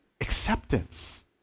acceptance